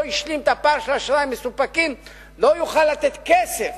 השלים את הפער של אשראי מסופקים לא יוכל לתת כסף